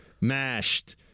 mashed